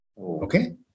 Okay